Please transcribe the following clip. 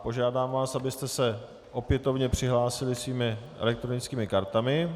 Požádám vás, abyste se opětovně přihlásili svými elektronickými kartami.